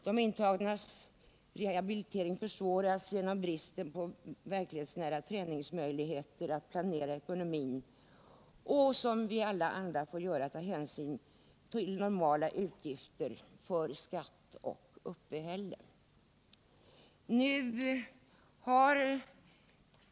De intagnas rehabilitering försvåras genom bristen på verklighetsnära träningsmöjligheter att planera ekonomin och att, som alla vi andra får göra, ta hänsyn till normala utgifter för skatt och uppehälle.